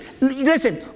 listen